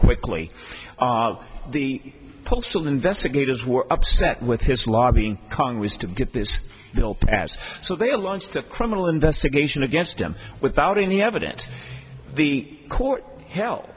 quickly the cultural investigators were upset with his lobbying congress to get this bill passed so they have launched a criminal investigation against him without any evidence the court hel